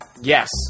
Yes